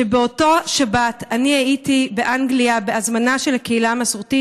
שבאותה שבת אני הייתי באנגליה בהזמנה של הקהילה המסורתית.